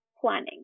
planning